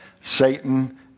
Satan